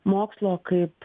mokslo kaip